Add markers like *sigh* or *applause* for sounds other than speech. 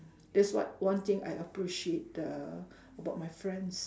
that's what one thing I appreciate uh *breath* about my friends